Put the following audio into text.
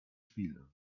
spiele